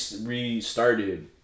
restarted